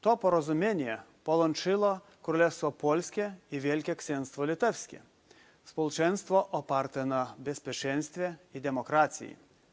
To porozumienie połączyło Królestwo Polskie i Wielkie Księstwo Litewskie, społeczeństwo oparte na bezpieczeństwie i demokracji.